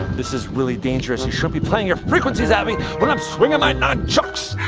this is really dangerous. you shouldn't be playing your frequencies at me when i'm swinging my nun chucks.